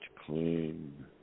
clean